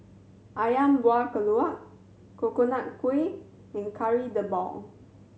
Ayam Buah Keluak Coconut Kuih and Kari Debal